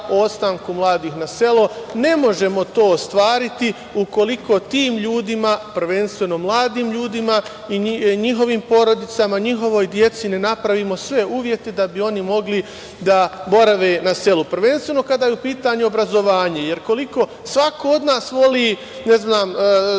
o ostanku mladih na selo, ne možemo to da ostvariti ukoliko tim ljudima, prvenstveno mladim ljudima i njihovim porodicama, njihovoj deci ne napravimo sve uvete da bi oni mogli da borave na selu. Prvenstveno kada je u pitanju obrazovanje, jer koliko svako od nas voli, ne znam,